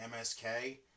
MSK